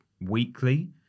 weekly